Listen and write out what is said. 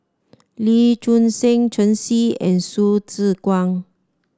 Lee Choon Seng Shen Xi and Hsu Tse Kwang